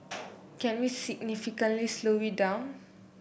can we significantly slow it down